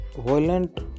violent